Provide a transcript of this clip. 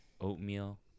Oatmeal